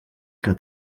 que